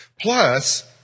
Plus